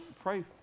pray